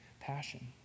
passion